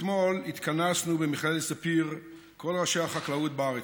אתמול התכנסנו במכללת ספיר כל ראשי החקלאות בארץ,